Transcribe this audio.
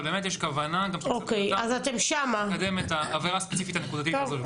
אבל באמת יש כוונה לקדם את העבירה הספציפית הנקודתית הזאת.